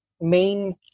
main